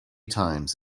times